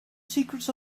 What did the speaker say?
secrets